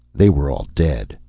they were all dead.